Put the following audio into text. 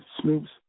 Snoop's